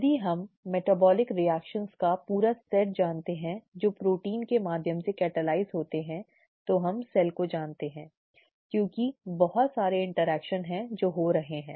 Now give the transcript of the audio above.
यदि आप चयापचय प्रतिक्रियाओं का पूरा सेट जानते हैं जो प्रोटीन के माध्यम से catalyse होते हैं तो हम कोशिका को जानते हैं क्योंकि बहुत सारे इंटरैक्शन हैं जो हो रहे हैं